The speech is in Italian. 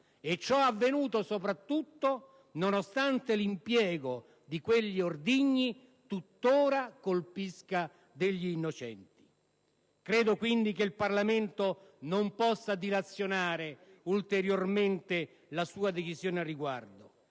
anno, e soprattutto nonostante il fatto che l'impiego di quegli ordigni tuttora colpisca degli innocenti. Credo quindi che il Parlamento non possa dilazionare ulteriormente la sua decisione al riguardo,